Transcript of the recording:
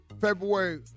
February